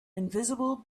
invisible